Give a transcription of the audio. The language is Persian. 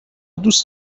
دوست